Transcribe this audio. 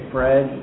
Fred